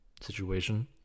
situation